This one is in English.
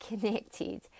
connected